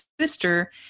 sister